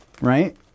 right